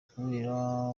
kubera